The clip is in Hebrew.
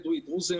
בדואי דרוזי